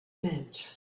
meant